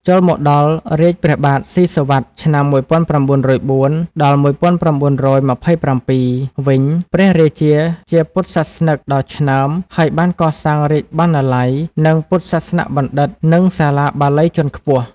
ចូលមកដល់រាជ្យ ព្រះបាទស៊ីសុវត្ថិ (ឆ្នាំ ១៩០៤-១៩២៧) វិញ ព្រះរាជាជាពុទ្ធសាសនិកដ៏ឆ្នើម ហើយបាន កសាងរាជបណ្ណាល័យ ពុទ្ធសាសនបណ្ឌិត្យ និងសាលាបាលីជាន់ខ្ពស់ ។